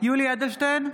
יולי יואל אדלשטיין,